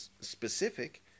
specific